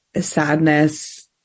sadness